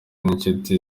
n’inshuti